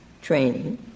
training